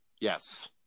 Yes